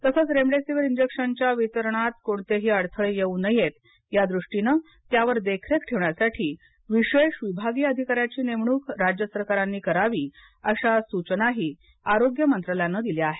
तसंच रेमडेसिवीर इंजक्शनच्या वितरणात कोणतेही अडथळे येऊ नयेत या दृष्टीने त्यावर देखरेख ठेवण्यासाठी विशेष विभागीय अधिकाऱ्याची नेमणूक राज्य सरकारांनी करावी अशा सूचनाही आरोग्य मंत्रालयानं दिल्या आहेत